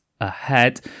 ahead